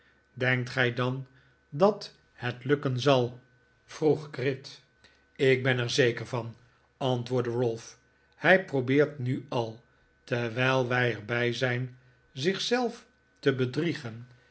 denkt gij dan dat het lukken zal vroeg gride ik ben er zeker van antwoordde ralph hij probeert nu al terwijl wij er bij zijn zich zelf te bedriegen